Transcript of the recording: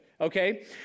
okay